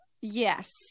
Yes